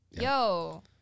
yo